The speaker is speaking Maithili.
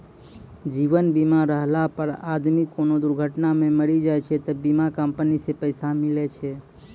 जीवन बीमा रहला पर आदमी कोनो दुर्घटना मे मरी जाय छै त बीमा कम्पनी से पैसा मिले छै